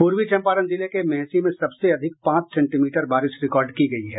पूर्वी चंपारण जिले के मेहसी में सबसे अधिक पांच सेंटीमीटर बारिश रिकार्ड की गयी है